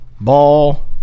Ball